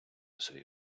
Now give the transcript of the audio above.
свої